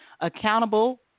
accountable